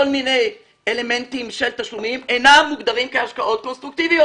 מיני אלמנטים של תשלומים אינם מוגדרים כהשקעות קונסטרוקטיביות.